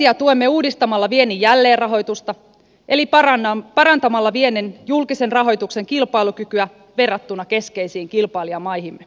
vientiä tuemme uudistamalla viennin jälleenrahoitusta eli parantamalla viennin julkisen rahoituksen kilpailukykyä verrattuna keskeisiin kilpailijamaihimme